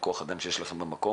על כוח האדם שיש לכם במקום.